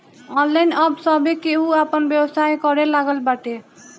online अब सभे केहू आपन व्यवसाय करे लागल बाटे